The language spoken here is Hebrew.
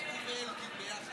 הוא ואלקין ביחד.